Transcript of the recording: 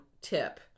tip